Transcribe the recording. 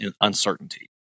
uncertainty